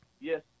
yes